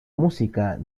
música